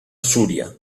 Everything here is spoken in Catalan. súria